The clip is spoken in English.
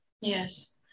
Yes